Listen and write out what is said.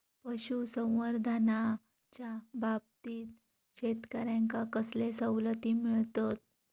पशुसंवर्धनाच्याबाबतीत शेतकऱ्यांका कसले सवलती मिळतत?